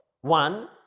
One